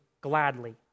gladly